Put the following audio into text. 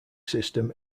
system